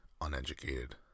uneducated